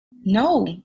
No